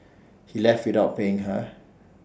he left without paying her